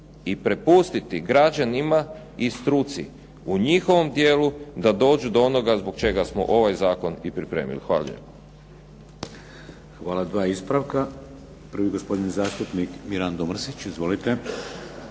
i prepustiti građanima i struci u njihovom dijelu da dođu do onoga zbog čega smo ovaj Zakon i pripremili. Hvala lijepo. **Šeks, Vladimir (HDZ)** Hvala.